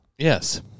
Yes